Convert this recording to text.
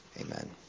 amen